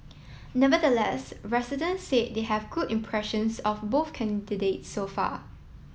nevertheless resident said they have good impressions of both candidates so far